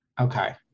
Okay